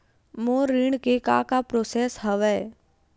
मोर ऋण के का का प्रोसेस हवय?